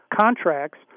contracts